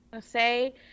say